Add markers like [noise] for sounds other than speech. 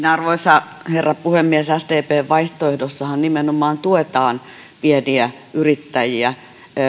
[unintelligible] arvoisa herra puhemies sdpn vaihtoehdossahan nimenomaan tuetaan pieniä yrittäjiä